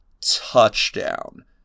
Touchdown